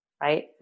right